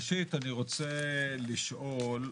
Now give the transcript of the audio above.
ראשית, אני רוצה לשאול,